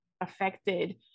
affected